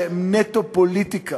שהם נטו פוליטיקה.